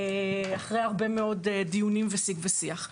אחרי המון דיונים, שיג ושיח.